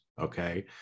okay